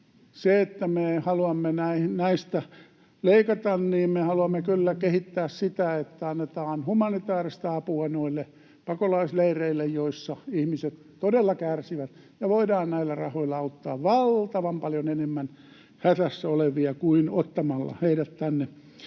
ero. Kun me haluamme näistä leikata, niin me haluamme kyllä kehittää sitä, että annetaan humanitääristä apua noille pakolaisleireille, joissa ihmiset todella kärsivät, ja voidaan näillä rahoilla auttaa valtavan paljon enemmän hädässä olevia kuin ottamalla heidät tänne